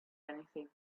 anything